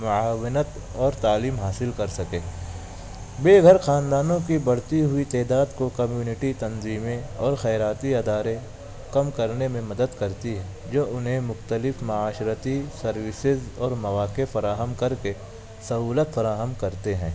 معاونت اور تعلیم حاصل کر سکیں بےگھر خاندانوں کی بڑھتی ہوئی تعداد کو کمیونٹی تنظیمیں اور خیراتی ادارے کم کرنے میں مدد کرتی ہے جو انہیں مختلف معاشرتی سروسیز اور مواقع فراہم کر کے سہولت فراہم کرتے ہیں